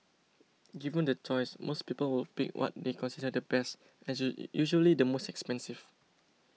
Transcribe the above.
given the choice most people would pick what they consider the best as usually the most expensive